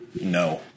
No